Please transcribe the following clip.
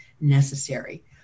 necessary